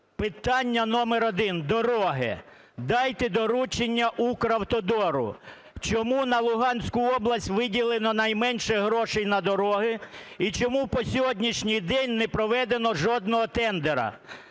питання номер один – дороги. Дайте доручення "Укравтодору". Чому на Луганську область виділено найменше грошей на дороги і чому по сьогоднішній день не проведено жодного тендеру